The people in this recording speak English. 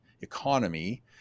economy